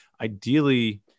ideally